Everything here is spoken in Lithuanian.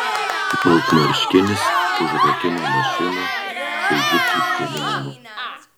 baltmarškinis užrakino mašiną šaižiu pyptelėjimu